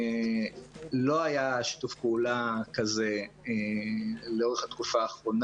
לא היה שיתוף פעולה כזה לאורך התקופה האחרונה,